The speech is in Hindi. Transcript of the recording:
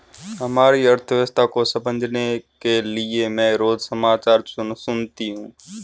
हमारी अर्थव्यवस्था को समझने के लिए मैं रोज समाचार सुनती हूँ